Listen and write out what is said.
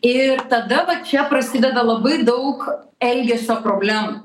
ir tada va čia prasideda labai daug elgesio problemų